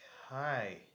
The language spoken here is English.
Hi